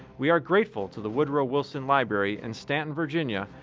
we are grateful to the woodrow wilson library in stanton, virginia,